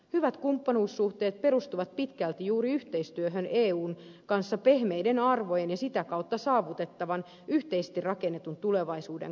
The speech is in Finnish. hyvät kumppanuussuhteet perustuvat pitkälle juuri yhteistyöhön eun kanssa pehmeiden arvojen ja sitä kautta saavutettavan yhteisesti rakennetun tulevaisuuden kautta